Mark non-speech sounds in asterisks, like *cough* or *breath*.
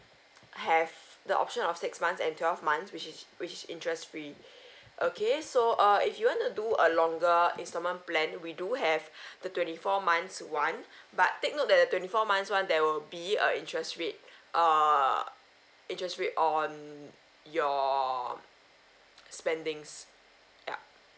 have the option of six months and twelve months which is which is interest free *breath* okay so uh if you want to do a longer installment plan we do have *breath* the twenty four months [one] but take note that the twenty four months [one] there will be a interest rate err interest rate on your spendings ya